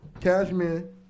Cashman